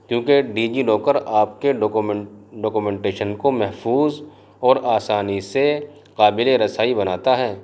کیونکہ DigiLocker آپ کے ڈاکومنٹ ڈاکومینٹیشن کو محفوظ اور آسانی سے قابل رسائی بناتا ہے